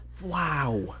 Wow